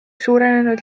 suurenenud